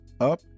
up